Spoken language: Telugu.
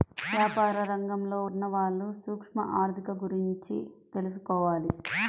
యాపార రంగంలో ఉన్నవాళ్ళు సూక్ష్మ ఆర్ధిక గురించి తెలుసుకోవాలి